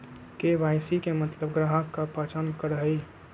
KYC के मतलब ग्राहक का पहचान करहई?